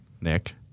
Nick